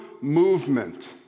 movement